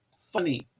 funny